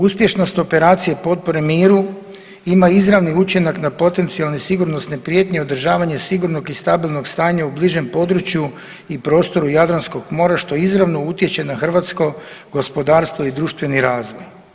Uspješnost operacije potpore miru ima izravni učinak na potencionalne i sigurnosne prijetnje i održavanje sigurnog i stabilnog stanja u bližem području i prostoru Jadranskog mora, što izravno utječe na hrvatsko gospodarstvo i društveni razvoj.